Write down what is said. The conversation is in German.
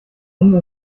ende